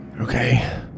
Okay